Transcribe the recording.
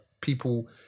people